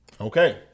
Okay